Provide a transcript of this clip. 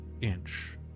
inch